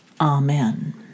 Amen